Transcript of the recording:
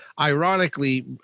Ironically